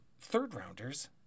third-rounders